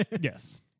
Yes